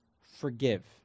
forgive